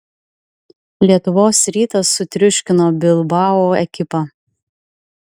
lietuvos rytas sutriuškino bilbao ekipą